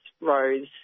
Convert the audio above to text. rose